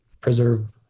preserve